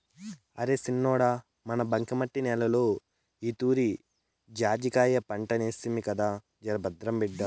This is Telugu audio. అరే సిన్నోడా మన బంకమట్టి నేలలో ఈతూరి జాజికాయ పంటేస్తిమి కదా జరభద్రం బిడ్డా